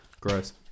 Gross